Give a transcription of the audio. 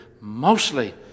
mostly